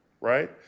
right